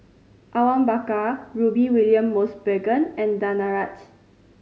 Awang Bakar Rudy William Mosbergen and Danaraj